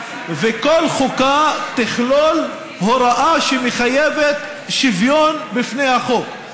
וכל חוקה תכלול הוראה שמחייבת שוויון בפני החוק,